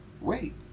Wait